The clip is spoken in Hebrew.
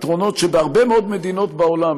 יתרונות שבהרבה מאוד מדינות בעולם,